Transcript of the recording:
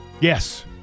Yes